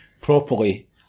properly